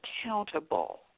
accountable